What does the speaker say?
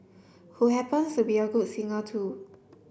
who happens to be a good singer too